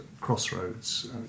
crossroads